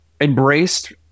embraced